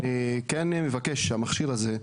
אני כן מבקש שמישהו יבדוק את המכשיר הזה,